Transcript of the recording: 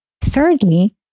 Thirdly